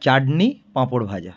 চাটনি পাঁপড় ভাজা